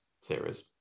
series